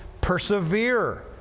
persevere